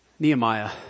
Nehemiah